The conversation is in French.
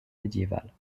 médiévale